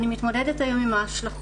אני מתמודדת היום עם ההשלכות,